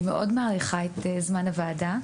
אני מאוד מעריכה את זמן הוועדה.